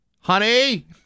Honey